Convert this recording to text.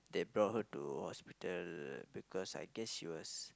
they brought her to hospital because I guess she was